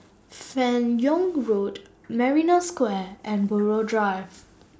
fan Yoong Road Marina Square and Buroh Drive